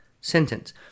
sentence